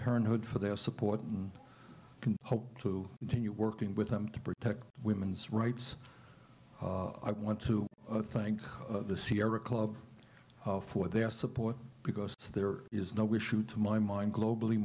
parenthood for their support and hope to continue working with them to protect women's rights i want to thank the sierra club for their support because there is no issue to my mind globally